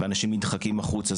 ואנשים נדחקים החוצה.